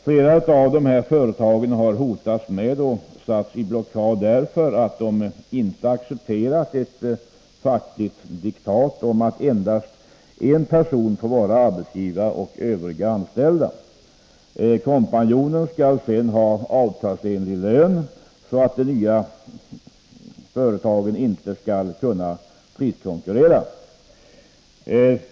Flera av dessa företag har hotats med och satts i blockad därför att de inte accepterat ett fackligt diktat om att endast en person får vara arbetsgivare och att övriga skall vara anställda. Kompanjonen skall sedan ha avtalsenlig lön, så att de nya företagen inte skall kunna priskonkurrera.